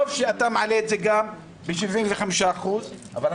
טוב שאתה מעלה את זה גם ב-75% --- אתה